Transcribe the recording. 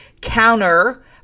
counter